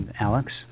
Alex